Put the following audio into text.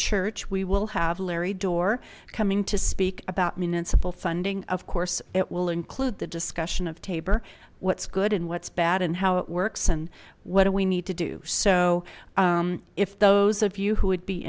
church we will have larry door coming to speak about municipal funding of course it will include the discussion of tabor what's good and what's bad and how it works and what do we need to do so if those of you who would be